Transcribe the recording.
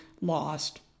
lost